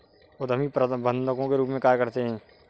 उद्यमी प्रबंधकों के रूप में कार्य करते हैं